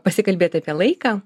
pasikalbėt apie laiką